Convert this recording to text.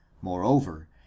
moreover